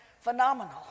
Phenomenal